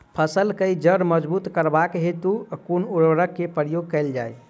फसल केँ जड़ मजबूत करबाक हेतु कुन उर्वरक केँ प्रयोग कैल जाय?